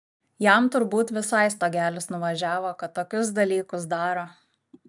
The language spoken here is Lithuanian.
jam turbūt visai stogelis nuvažiavo kad tokius dalykus daro